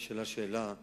נשאלה שאלה עניינית.